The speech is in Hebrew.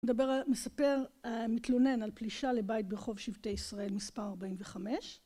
מדבר על, מספר אה מתלונן על פלישה לבית ברחוב שבטי ישראל מספר 45